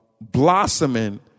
blossoming